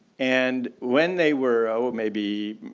and when they were oh, maybe